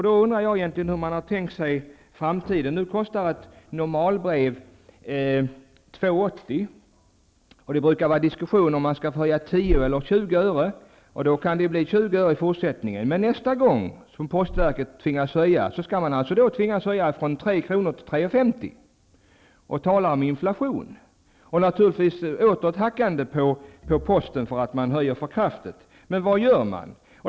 Då undrar jag hur man har tänkt sig framtiden. Nu kostar ett normalbrev 2,80 kr. Man brukar föra diskussioner om huruvida portot skall höjas med 10 öre eller 20 öre. Det kan fortfarande bli 20 öre, men nästa gång som postverket tvingas att höja tvingas det alltså höja från 3 kr. till 3,50 kr. Tala om inflation och naturligtvis åter hackande på posten för att man höjer för kraftigt! Men vad gör man?